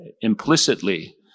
implicitly